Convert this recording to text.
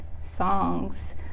songs